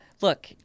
Look